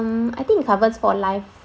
mm I think it covered for life